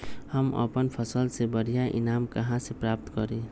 हम अपन फसल से बढ़िया ईनाम कहाँ से प्राप्त करी?